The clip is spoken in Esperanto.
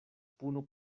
puno